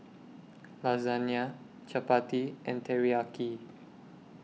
Lasagne Chapati and Teriyaki